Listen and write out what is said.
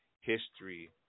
History